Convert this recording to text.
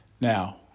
Now